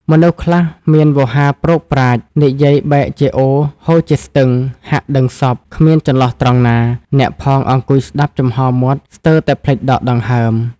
មនុស្សខ្លះមានវោហារប្រោកប្រាជ្ញ និយាយបែកជាអូរហូរជាស្ទឹង ហាក់ដឹងសព្វ គ្មានចន្លោះត្រង់ណា អ្នកផងអង្គុយស្ដាប់ចំហមាត់ ស្ទើរតែភ្លេចដកដង្ហើម ។